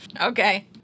Okay